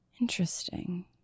Interesting